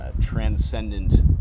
transcendent